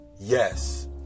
yes